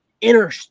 inner